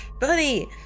Buddy